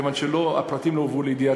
כיוון שהפרטים לא הובאו לידיעתנו.